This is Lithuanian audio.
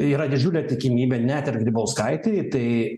yra didžiulė tikimybė net ir grybauskaitei tai